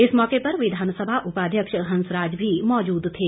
इस मौके पर विधानसभा उपाध्यक्ष हंसराज भी मौजूद थे